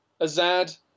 azad